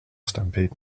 stampede